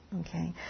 Okay